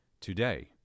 Today